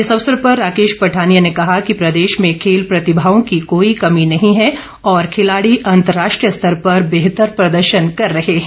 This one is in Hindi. इस अवसर पर राकेश पठानिया ने कहा कि प्रदेश में खेल प्रतिभाओं की कोई कमी नहीं है और खिलाड़ी अंतर्राष्ट्रीय स्तर पर बेहतर प्रदर्शन कर रहे हैं